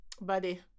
Buddy